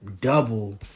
double